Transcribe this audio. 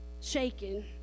shaking